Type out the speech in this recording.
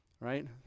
right